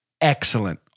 excellent